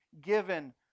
given